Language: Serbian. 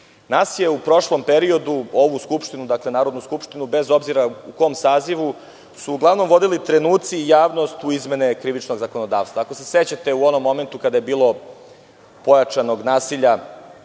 su u prošlom periodu, ovu skupštinu, dakle Narodnu skupštinu, bez obzira u kom sazivu, uglavnom vodili trenuci i javnost u izmene krivičnog zakonodavstva. Ako se sećate, u onom momentu kada je bilo pojačanog nasilja